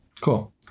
Cool